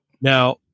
Now